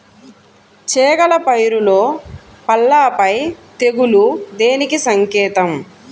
చేగల పైరులో పల్లాపై తెగులు దేనికి సంకేతం?